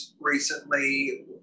recently